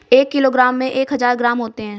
एक किलोग्राम में एक हज़ार ग्राम होते हैं